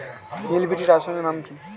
Hill বিটি রাসায়নিক নাম কি?